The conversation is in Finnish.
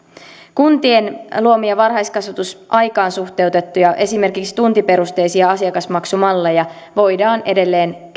kuntien luomia varhaiskasvatuksen aikaan suhteutettuja esimerkiksi tuntiperusteisia asiakasmaksumalleja voidaan edelleen käyttää